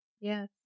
Yes